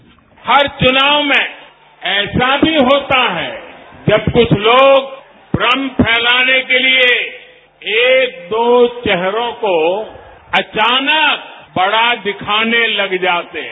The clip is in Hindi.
बाईट पीएम हर च्रनाव में ऐसा भी होता है जब कुछ लोग भ्रम फैलाने के लिए एक दो चेहरों को अचानक बड़ा दिखाने लग जाते है